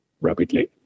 rapidly